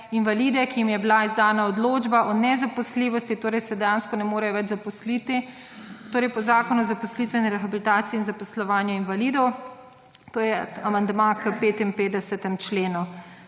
invalide, ki jim je bila izdana odločba o nezaposljivosti, torej se dejansko ne morejo več zaposliti, torej po Zakonu o zaposlitveni rehabilitaciji in zaposlovanju invalidov. To je amandma k 55. členu.